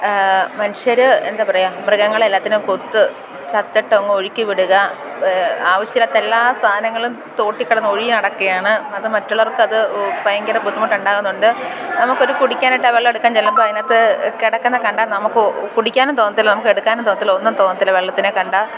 മനുഷ്യർ എന്താപറയുക മൃഗങ്ങളെ എല്ലാത്തിനെയും കൊത്ത് ചത്തിട്ടങ്ങ് ഒഴിക്കിവിടുക ആവശ്യമില്ലാത്ത എല്ലാ സാധനങ്ങളും തോട്ടിൽ കിടന്ന് ഒഴുകി നടക്കയാണ് അത് മറ്റുള്ളവര്ക്കത് ഭയങ്കര ബുദ്ധിമുട്ടുണ്ടാകുന്നുണ്ട് നമുക്കൊരു കുടിക്കാനായിട്ടാ വെള്ളം എടുക്കാൻ ചെല്ലുമ്പം അതിനകത്ത് കിടക്കുന്നത് കണ്ടാൽ നമുക്ക് കുടിക്കാനും തോന്നത്തില്ല നമുക്കെടുക്കാനും തോന്നത്തില്ല ഒന്നും തോന്നത്തില്ല വെള്ളത്തിനെ കണ്ടാൽ